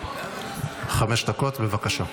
חמש דקות, בבקשה.